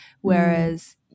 whereas